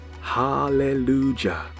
Hallelujah